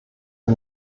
der